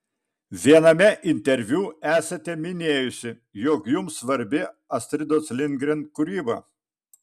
viename interviu esate minėjusi jog jums svarbi astridos lindgren kūryba